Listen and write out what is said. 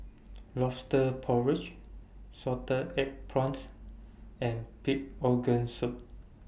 Lobster Porridge Salted Egg Prawns and Pig Organ Soup